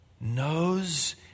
knows